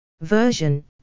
Version